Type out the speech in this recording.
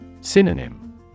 Synonym